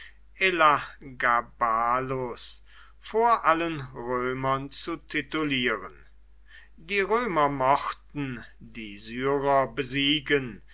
elagabalus vor allen römern zu titulieren die römer mochten die syrer besiegen